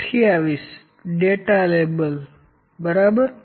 28 data label બરાબર